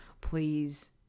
please